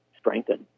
strengthen